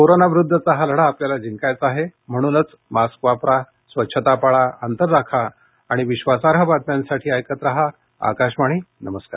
corona विरुद्धचा हा लढा आपल्याला जिंकायचा आहे म्हणूनच मास्क वापरा स्वच्छता पाळा अंतर राखा आणि विश्वासार्ह बातम्यांसाठी ऐकत रहा आकाशवाणी नमस्कार